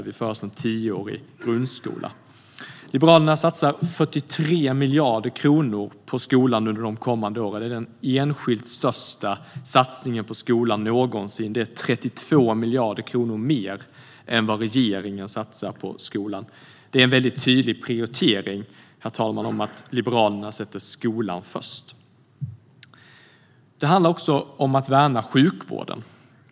Vi föreslår en tioårig grundskola. Liberalerna satsar 43 miljarder kronor på skolan under de kommande åren. Det är den enskilt största satsningen på skolan någonsin. Det är 32 miljarder kronor mer än vad regeringen satsar på skolan. Det är en väldigt tydlig prioritering, herr talman, att Liberalerna sätter skolan först. Det handlar också om att värna sjukvården.